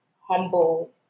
humble